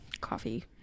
coffee